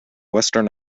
western